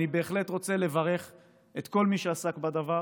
אני בהחלט רוצה לברך את כל מי שעסק בדבר